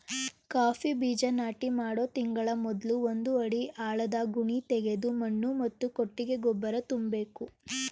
coffee ಬೀಜ ನಾಟಿ ಮಾಡೋ ತಿಂಗಳ ಮೊದ್ಲು ಒಂದು ಅಡಿ ಆಳದ ಗುಣಿತೆಗೆದು ಮಣ್ಣು ಮತ್ತು ಕೊಟ್ಟಿಗೆ ಗೊಬ್ಬರ ತುಂಬ್ಬೇಕು